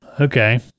Okay